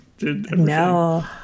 No